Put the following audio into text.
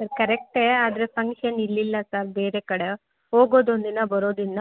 sir ಕರೆಕ್ಟೇ ಆದರೆ function ಇಲ್ಲಿಲ್ಲ ಸರ್ ಬೇರೆ ಕಡೆ ಹೋಗೋದೊಂದಿನ ಬರೋದಿನ್ನ